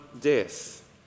death